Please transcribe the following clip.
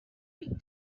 big